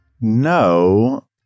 No